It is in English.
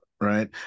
Right